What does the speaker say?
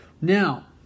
now